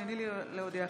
הינני מתכבדת להודיעכם,